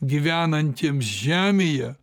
gyvenantiems žemėje